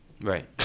Right